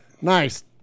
Nice